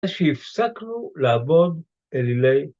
כשהפסקנו לעבוד אלילי